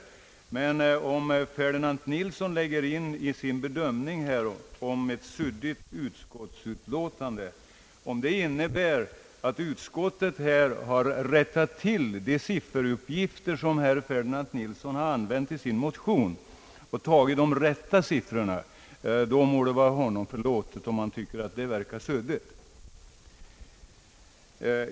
Om herr Ferdinand Nilsson i sin bedömning av utlåtandet lägger in också det förhållandet att utskottet har rättat till de sifferuppgifter som herr Ferdinand Nilsson har använt i sin motion, och angett de rätta siffrorna, må det vara honom förlåtet.